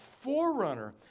forerunner